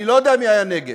אני לא יודע מי היה נגד.